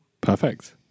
Perfect